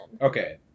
Okay